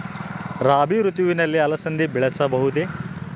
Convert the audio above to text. ರಾಭಿ ಋತುವಿನಲ್ಲಿ ಅಲಸಂದಿ ಬೆಳೆಯಬಹುದೆ?